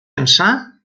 ençà